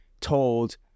told